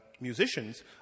musicians